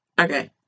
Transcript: okay